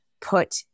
put